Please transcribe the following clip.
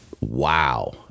Wow